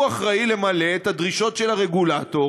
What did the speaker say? הוא אחראי למלא את הדרישות של הרגולטור